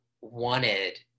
wanted